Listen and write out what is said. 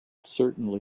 certainly